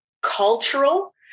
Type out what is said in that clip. cultural